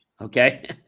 Okay